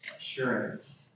Assurance